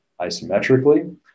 isometrically